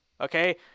Okay